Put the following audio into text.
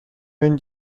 when